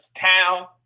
town